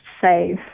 save